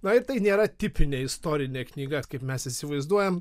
na ir tai nėra tipinė istorinė knyga kaip mes įsivaizduojam